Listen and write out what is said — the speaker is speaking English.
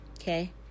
okay